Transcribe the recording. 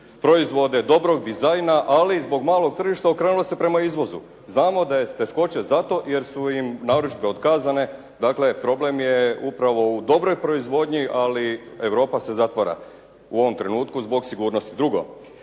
proizvode dobrog dizajna, ali i zbog malog tržišta okrenulo se prema izvozu. Znamo da je teškoća zato jer su im narudžbe otkazane, dakle problem je upravo u dobroj proizvodnji, ali Europa se zatvara u ovom trenutku zbog sigurnosti. Drugo,